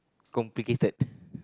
complicated